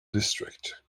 district